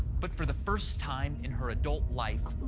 but for the first time in her adult life,